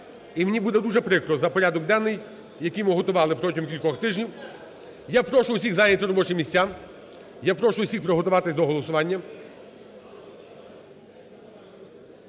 І мені буде дуже прикро за порядок денний, який ми готували протягом кількох тижнів. Я прошу всіх зайняти робочі місця, я прошу всіх приготуватись до голосування.